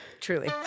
Truly